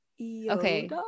Okay